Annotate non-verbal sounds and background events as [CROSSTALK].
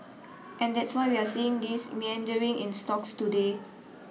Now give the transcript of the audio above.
and that's why [NOISE] we're seeing this meandering in stocks today